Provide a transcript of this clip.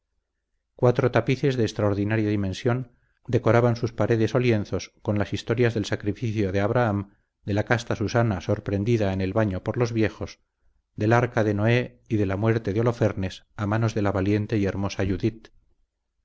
cuatro tapices de extraordinaria dimensión decoraban sus paredes o lienzos con las historias del sacrificio de abraham de la casta susana sorprendida en el baño por los viejos del arca de noé y de la muerte de holofernes a manos de la valiente y hermosa judit